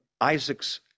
Isaac's